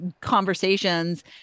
conversations